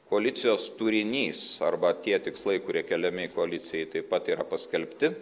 koalicijos turinys arba tie tikslai kurie keliami koalicijai taip pat yra paskelbti